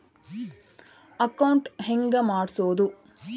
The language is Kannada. ಅಕೌಂಟ್ ಹೆಂಗ್ ಮಾಡ್ಸೋದು?